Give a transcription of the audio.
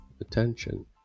attention